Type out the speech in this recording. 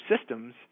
systems